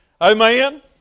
Amen